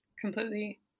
completely